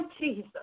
Jesus